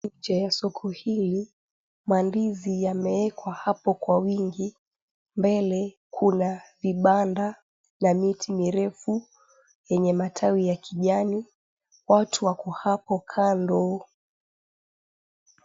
Nje ya soko hili, mandizi yame ekwa hapo kwa wingi. Mbele kuna vibanda na miti mirefu yenye matawi ya kijani. Watu wako hapo kando.